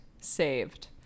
Saved